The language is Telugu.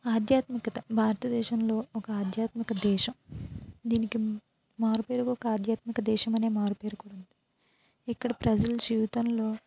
ఆధ్యాత్మికత భారతదేశంలో ఒక ఆధ్యాత్మిక దేశం దీనికి మారుపేరుగా ఒక ఆధ్యాత్మిక దేశమనే మారుపేరు కూడా ఉంది ఇక్కడ ప్రజలు జీవితంలో